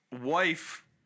wife